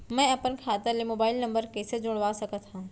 मैं अपन खाता ले मोबाइल नम्बर कइसे जोड़वा सकत हव?